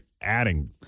adding